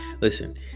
Listen